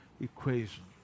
equation